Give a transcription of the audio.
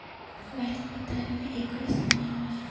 violin के तार में एकर इस्तेमाल होला